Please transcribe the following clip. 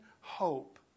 hope